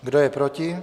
Kdo je proti?